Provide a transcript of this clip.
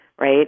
right